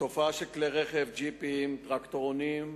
התופעה של כלי רכב, ג'יפים, טרקטורונים,